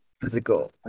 physical